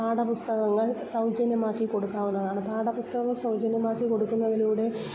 പാഠപുസ്തകങ്ങൾ സൗജന്യമാക്കി കൊടുക്കാവുന്നതാണ് പാഠപുസ്തകങ്ങൾ സൗജന്യം ആക്കി കൊടുക്കുന്നതിലൂടെ